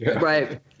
Right